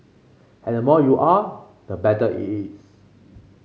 and the more you are the better it is